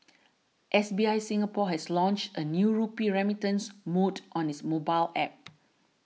S B I Singapore has launched a new rupee remittance mode on its mobile App